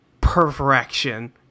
perfection